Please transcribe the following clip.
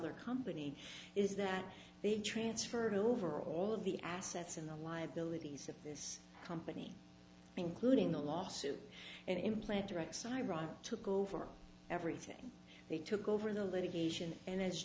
their company is that they transferred over all of the assets in the liabilities of this company including the lawsuit and implant directs iraq took over everything they took over the litigation and as